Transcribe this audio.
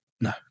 no